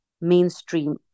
mainstream